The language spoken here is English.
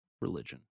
religion